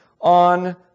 on